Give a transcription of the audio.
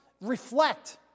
reflect